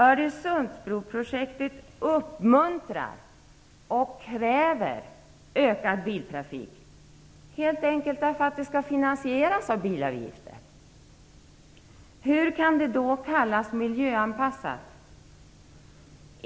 Öresundsbroprojektet uppmuntrar och kräver ökad biltrafik, helt enkelt därför att projektet skall finansieras med bilavgifter. Hur kan det då kallas miljöanpassat?